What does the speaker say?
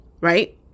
right